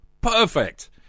Perfect